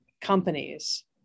companies